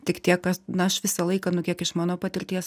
tik tiek na aš visą laiką nu kiek iš mano patirties